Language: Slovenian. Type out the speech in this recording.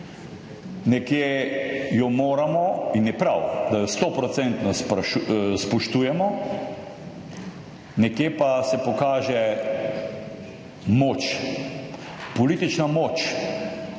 Nekje jo moramo in je prav, da jo sto procentno spoštujemo, nekje pa se pokaže moč, politična moč,